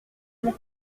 mon